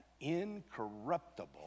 incorruptible